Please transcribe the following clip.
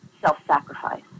self-sacrifice